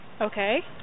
Okay